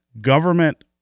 Government